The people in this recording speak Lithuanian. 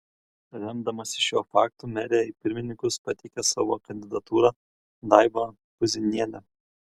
remdamasi šiuo faktu merė į pirmininkus pateikė savo kandidatūrą daivą puzinienę